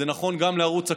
זה נכון גם לערוץ הכנסת,